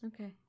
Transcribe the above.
Okay